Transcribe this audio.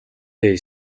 they